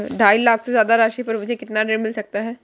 ढाई लाख से ज्यादा राशि पर मुझे कितना ऋण मिल सकता है?